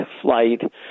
flight